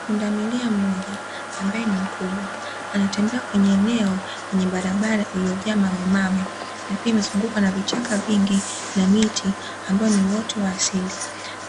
Pundamilia mmoja ambae ni mkubwa anatembea kwenye eneo lenye barabara iliyojaa mawemawe, na pia imezungukwa na vichaka vingi na miti ambao ni uoto wa asili,